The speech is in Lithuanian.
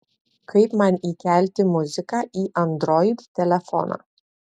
kaip man įkelti muziką į android telefoną